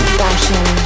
fashion